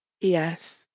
Yes